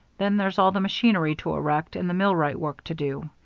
then there's all the machinery to erect and the millwright work to do.